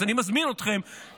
אז אני מזמין אתכם,